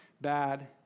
bad